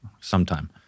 sometime